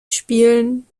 spielen